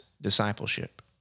discipleship